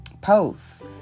posts